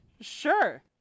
Sure